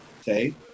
Okay